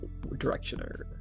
directioner